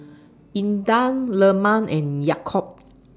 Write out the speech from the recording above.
Intan Leman and Yaakob